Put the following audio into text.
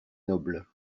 noble